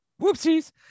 Whoopsies